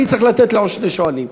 אני צריך לתת לעוד שני שואלים.